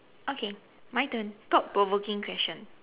okay my turn thought provoking question